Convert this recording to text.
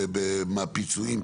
בפיצויים,